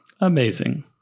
Amazing